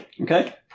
Okay